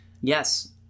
Yes